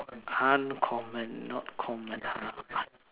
uncommon not common !huh!